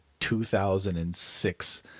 2006